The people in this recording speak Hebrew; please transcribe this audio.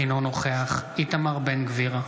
אינו נוכח איתמר בן גביר,